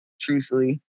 truthfully